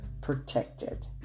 protected